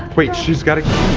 wait she's got a key?